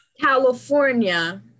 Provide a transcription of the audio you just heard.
California